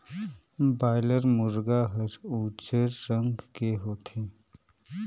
boiler मुरगा हर उजर रंग के होथे